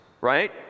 right